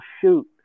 shoot